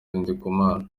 ndikumana